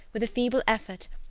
with a feeble effort,